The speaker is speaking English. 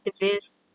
activists